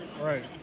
Right